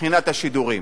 מבחינת השידורים.